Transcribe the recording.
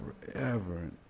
forever